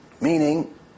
Meaning